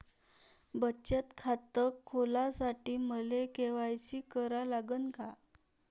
बचत खात खोलासाठी मले के.वाय.सी करा लागन का?